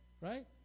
right